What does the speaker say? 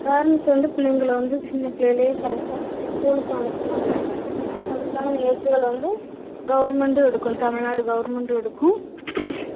parents வந்து பிள்ளைங்களில் வந்து சின்னப்பிள்ளையிலேயே கரெக்டாக ஸ்கூலுக்கு அனுப்பினாங்கன்னா அதுக்கான முயற்சிகள் வந்து கவர்மெண்டு எடுக்கும் தமிழ்நாடு கவர்மெண்டு எடுக்கும்